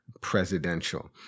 presidential